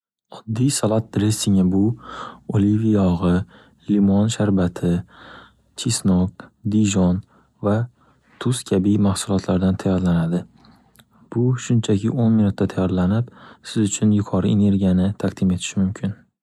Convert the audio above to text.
Oddiy salat dressingi bu oliviy yog'i, limon sharbati, chesnok, dijon va tuz kabi mahsulotlardan tayyorlanadi. Bu shunchaki o'n minutda tayyorlanib, siz uchun yuqori energiyani taqdim etishi mumkin.